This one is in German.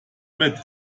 mit